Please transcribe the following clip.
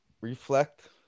reflect